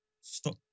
Stop